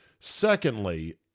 Secondly